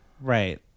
right